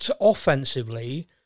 offensively